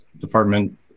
department